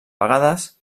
vegades